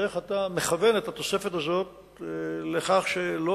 איך אתה מכוון את התוספת הזאת לכך שלא